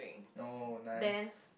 oh nice